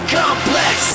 complex